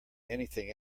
anything